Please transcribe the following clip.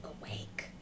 awake